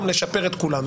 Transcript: גם לשפר את כולנו.